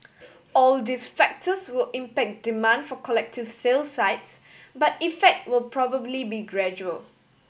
all these factors will impact demand for collective sale sites but effect will probably be gradual